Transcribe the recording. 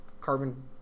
carbon